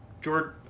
George